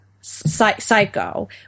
psycho